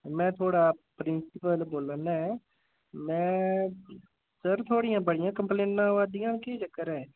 में थोआढ़ा प्रिंसिपल बोल्ला ना ऐ में सर थोआड़ियां बड़ी कंप्लेनां आवै दियां केह् चक्कर ऐ